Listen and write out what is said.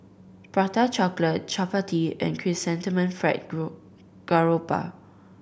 Prata Chocolate chappati and chrysanthemum fried group garoupa